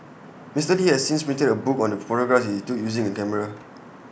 Mister li has since printed A book on the photographs he took using the camera